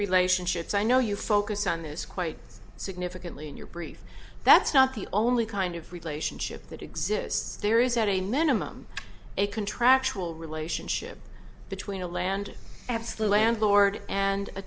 relationships i know you focus on this quite significantly in your brief that's not the only kind of relationship that exists there is at a minimum a contractual relationship between a land absolutely and lord and a